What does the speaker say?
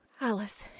Alice